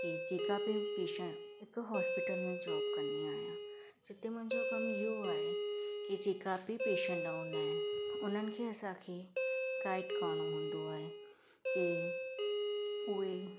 की जेका बि पेशंट हिकु हॉस्पिटल में जॉब कंदी आहियां जिते मुंहिंजो कमु इहो आहे की जेका बि पेशंट हूंदा आहिनि उन्हनि खे असां गाईड करिणो हूंदो आहे की उहे